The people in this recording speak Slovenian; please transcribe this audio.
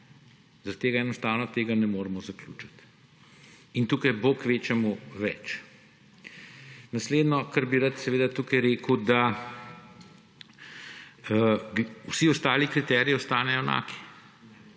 Zaradi tega enostavno tako ne moremo zaključiti, tukaj bo kvečjemu več. Naslednje, kar bi rad tukaj rekel, je, da vsi ostali kriteriji ostanejo enaki,